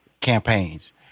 campaigns